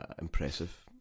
impressive